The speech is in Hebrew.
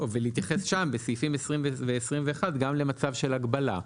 ולהתייחס שם, בסעיפים 20 ו-21, גם למצב של הגבלה.